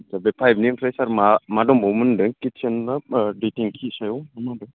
आच्चा बे पाइपनिफ्राय सार मा मा दंबावोमोन होन्दों किचेन ना दै टेंखिनि सायाव ना माबे